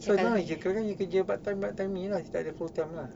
so now he kerja part time part time ni lah full time lah